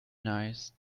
nice